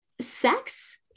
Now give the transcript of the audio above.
sex